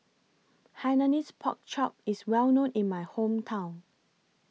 Hainanese Pork Chop IS Well known in My Hometown